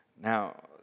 Now